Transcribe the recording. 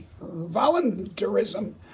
voluntarism